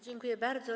Dziękuję bardzo.